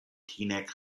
teaneck